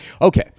okay